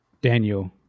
Daniel